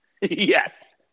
Yes